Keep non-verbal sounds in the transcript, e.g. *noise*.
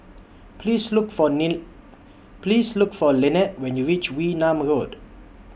Please Look For *unintelligible* Please Look For Lynnette when YOU REACH Wee Nam Road